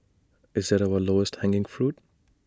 is IT our lowest hanging fruit